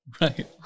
Right